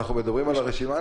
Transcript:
אנחנו מדברים על הרשימה,